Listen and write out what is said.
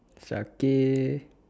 syakir